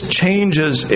changes